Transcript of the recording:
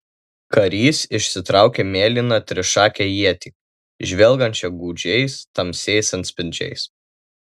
karys išsitraukė mėlyną trišakę ietį žvilgančią gūdžiais tamsiais atspindžiais